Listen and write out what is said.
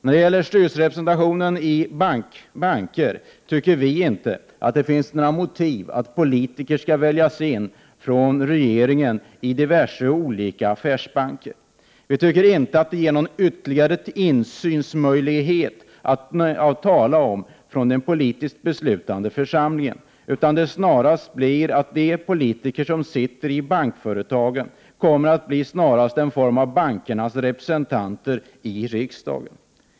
När det gäller styrelserepresentation i banker anser vi att det inte finns några motiv för att politiker från regeringen skall väljas in i diverse olika affärsbanker. Detta ger inte någon ytterligare insynsmöjlighet att tala om för den beslutande politiska församlingen. Snarast för detta med sig att de politiker som sitter i bankföretagens styrelser kommer att bli något slags bankernas representanter i riksdagen.